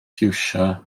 ffiwsia